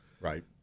Right